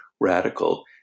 radical